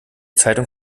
zeitung